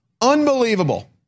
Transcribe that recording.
Unbelievable